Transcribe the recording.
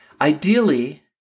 Ideally